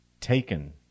Taken